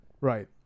Right